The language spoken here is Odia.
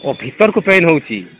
ଓ ଭିତରକୁ ପେନ୍ ହେଉଛି